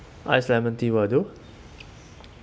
ice lemon tea will do